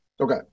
Okay